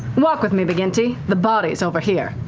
walk with me, mcginty. the body's over here.